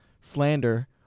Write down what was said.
slander